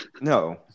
no